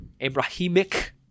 Abrahamic